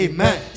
Amen